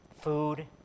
food